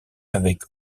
avec